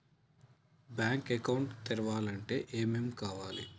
Bank account తెరవాలంటే ఏమేం కావాలి?